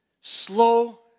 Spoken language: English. slow